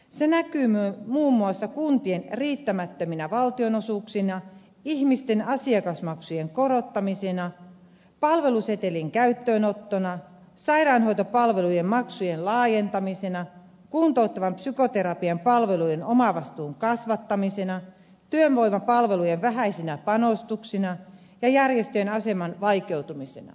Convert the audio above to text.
se näkyy muun muassa kuntien riittämättöminä val tionosuuksina ihmisten asiakasmaksujen korottamisina palvelusetelin käyttöönottona sairaanhoitopalvelujen maksujen laajentamisena kuntouttavan psykoterapian palvelujen omavastuun kasvattamisena työvoimapalvelujen vähäisinä panostuksina ja järjestöjen aseman vaikeutumisena